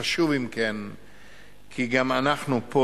חשוב כי גם אנחנו פה,